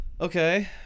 Okay